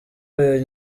uyu